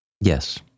yes